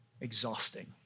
exhausting